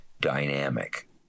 Dynamic